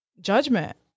Judgment